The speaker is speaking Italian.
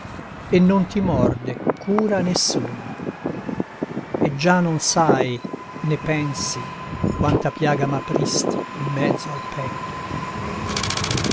e non ti morde cura nessuna e già non sai né pensi quanta piaga m'apristi in mezzo al petto